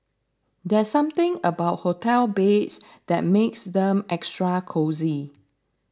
there's something about hotel beds that makes them extra cosy